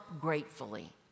gratefully